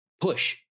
push